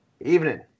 Evening